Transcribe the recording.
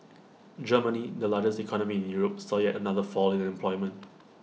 Germany the largest economy in Europe saw yet another fall in unemployment